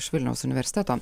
iš vilniaus universiteto